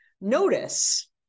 notice